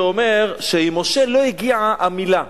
ואומר שעם משה לא הגיעה המלה.